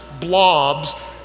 blobs